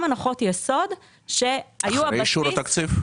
הנחות יסוד שהיו הבסיס --- אחרי אישור התקציב?